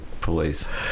police